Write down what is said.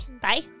Bye